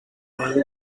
desde